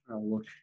look